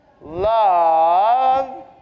love